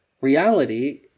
reality